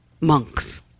Monks